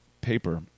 paper